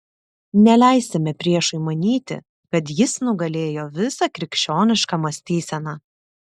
neleisime priešui manyti kad jis nugalėjo visą krikščionišką mąstyseną